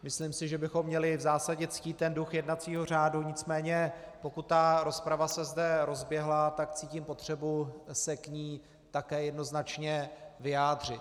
Myslím si, že bychom měli v zásadě ctít ducha jednacího řádu, nicméně pokud ta rozprava se zde rozběhla, tak cítím potřebu se k ní také jednoznačně vyjádřit.